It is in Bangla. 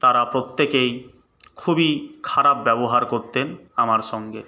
তারা প্রত্যেকেই খুবই খারাপ ব্যবহার করতেন আমার সঙ্গে